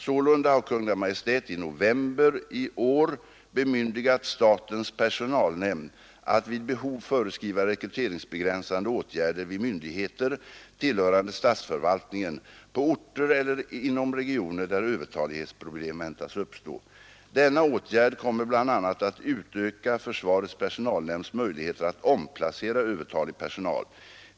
Sålunda har Kungl. Maj:t i november 1972 bemyndigat statens personalnämnd att vid behov föreskriva rekryteringsbegränsande åtgärder vid myndigheter tillhörande sta rvaltningen på orter eller inom regioner där övertalighetsproblem väntas uppstå. Denna åtgärd kommer bl.a. att utöka försvarets personalnämnds möjligheter att omplacera övertalig personal.